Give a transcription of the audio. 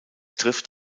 trifft